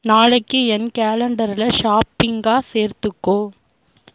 நாளைக்கு என் கேலண்டர்ல ஷாப்பிங்கை சேர்த்துக்கோ